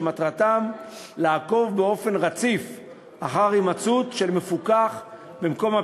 את סמכויות גורמי השב"ס לצורך ניהול תוכנית